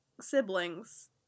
siblings